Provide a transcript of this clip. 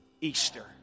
Easter